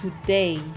today